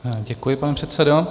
Děkuji, pane předsedo.